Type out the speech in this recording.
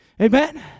Amen